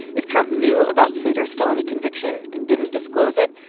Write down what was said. if trump knew about sater's felony conviction and didn't disclose it,